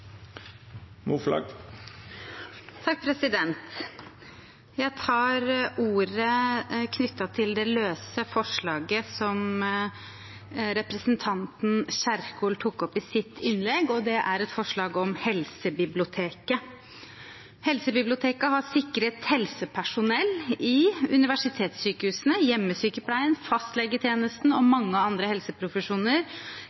Jeg tar ordet knyttet til det løse forslaget som representanten Kjerkol tok opp i sitt innlegg, og det er et forslag om Helsebiblioteket. Helsebiblioteket har sikret helsepersonell i universitetssykehusene, hjemmesykepleien, fastlegetjenesten og